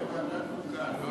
זה ועדת חוקה.